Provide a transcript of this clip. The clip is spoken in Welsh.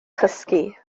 chysgu